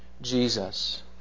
Jesus